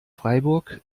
freiburg